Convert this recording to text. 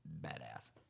badass